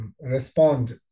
respond